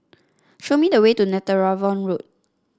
show me the way to Netheravon Road